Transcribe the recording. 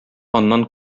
аннан